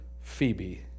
Phoebe